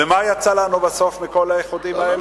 ומה יצא לנו בסוף מכל האיחודים האלה?